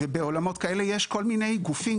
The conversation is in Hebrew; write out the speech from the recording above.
בעולמות כאלה יש כל מיני גופים,